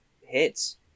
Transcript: hits